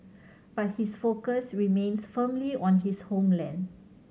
but his focus remains firmly on his homeland